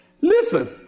Listen